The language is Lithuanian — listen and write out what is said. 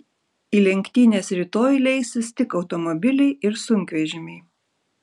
į lenktynes rytoj leisis tik automobiliai ir sunkvežimiai